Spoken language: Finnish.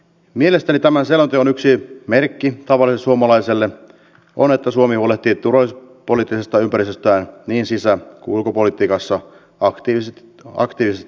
mielestäni tämän selonteon yksi merkki tavalliselle suomalaiselle on että suomi huolehtii turvallisuuspoliittisesta ympäristöstään niin sisä kuin ulkopolitiikkaa aktiivisesti harjoittaen